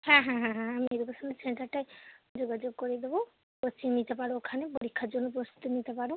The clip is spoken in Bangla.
হ্যাঁ হ্যাঁ হ্যাঁ হ্যাঁ আমি এডুকেশনাল সেন্টারটায় যোগাযোগ করিয়ে দেবো কোচিং নিতে পারো ওখানে পরীক্ষার জন্য প্রস্তুতি নিতে পারো